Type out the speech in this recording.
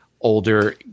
older